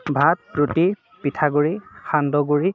ভাত ৰুটি পিঠা গুড়ি সান্দহ গুড়ি